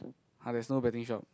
!huh! there is no betting shop